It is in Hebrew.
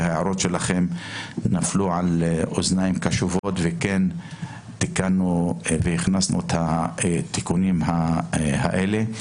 שההערות שלכם נפלו על אוזניים קשובות ותיקנו והכנסנו את התיקונים האלה.